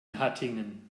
hattingen